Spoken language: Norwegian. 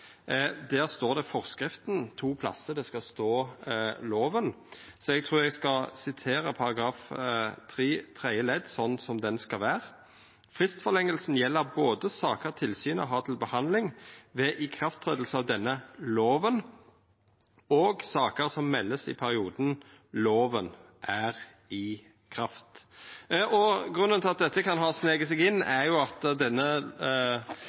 Der står det «forskriften» to plassar. Det skal stå «loven». Så eg skal sitera § 3 tredje ledd slik det skal vera: «Fristforlengelsen gjelder både saker tilsynet har til behandling ved ikrafttredelsen av denne loven og saker som meldes i perioden loven er i kraft.» Grunnen til at dette kan ha snike seg inn, er at denne